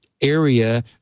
area